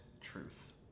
truth